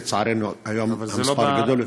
לצערנו היום המספר גדול יותר,